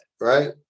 right